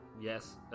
yes